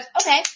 okay